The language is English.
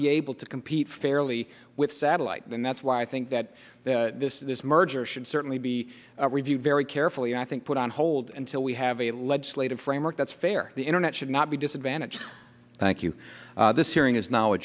be able to compete fairly with satellite and that's why i think that this is this merger should certainly be reviewed very carefully i think put on hold until we have a legislative framework that's fair the internet should not be disadvantaged thank you this hearing is now a